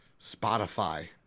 Spotify